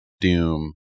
doom